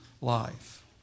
life